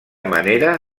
manera